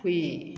ꯍꯨꯏ